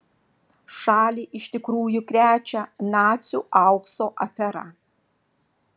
šalį iš tikrųjų krečia nacių aukso afera